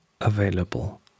available